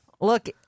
look